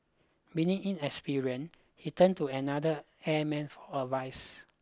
being inexperienced he turned to another airman for advice